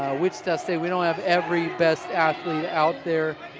wichita state, we don't have every best athlete out there.